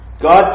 God